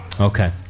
Okay